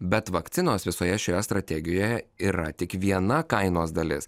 bet vakcinos visoje šioje strategijoje yra tik viena kainos dalis